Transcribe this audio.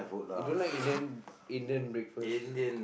you don't like Indian Indian breakfast